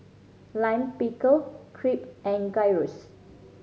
Lime Pickle Crepe and Gyros